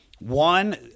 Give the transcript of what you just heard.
One